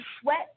sweat